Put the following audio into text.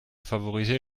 favoriser